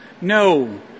No